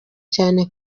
cyane